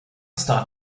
start